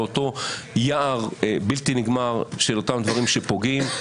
לאותו יער בלתי נגמר של אותם דברים שפוגעים.